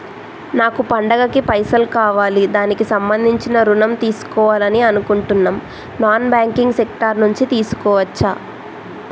నాకు పండగ కి పైసలు కావాలి దానికి సంబంధించి ఋణం తీసుకోవాలని అనుకుంటున్నం నాన్ బ్యాంకింగ్ సెక్టార్ నుంచి తీసుకోవచ్చా?